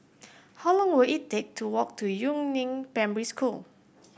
how long will it take to walk to Yu Neng Primary School